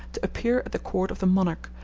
to appear at the court of the monarch,